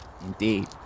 Indeed